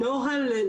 אין נוהל,